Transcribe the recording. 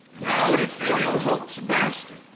and our ethereal hopes blasted.